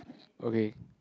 okay